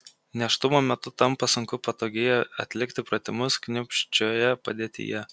nėštumo metu tampa sunku patogiai atlikti pratimus kniūpsčioje padėtyje